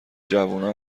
جوونا